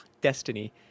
Destiny